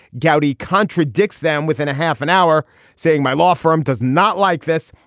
gowdy contradicts them within a half an hour saying my law firm does not like this.